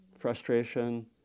Frustration